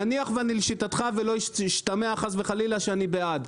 נניח ואני לשיטתך, ולא ישתמע חס וחלילה שאני בעד.